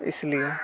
इस लिए